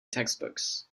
textbooks